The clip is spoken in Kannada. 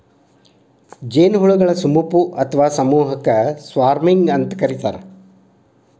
ಜೇನುಹುಳಗಳ ಸುಮಪು ಅತ್ವಾ ಸಮೂಹಕ್ಕ ಸ್ವಾರ್ಮಿಂಗ್ ಅಂತ ಕರೇತಾರ